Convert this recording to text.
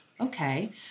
okay